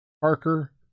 Parker